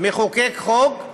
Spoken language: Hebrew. מחוקק חוק,